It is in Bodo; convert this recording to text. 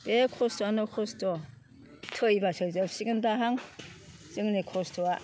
बे खस्थ'आनो खस्थ' थैबासो जोबसिगोनदाहां जोंनि खस्थ'आ